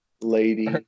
lady